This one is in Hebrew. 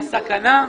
את הסכנה?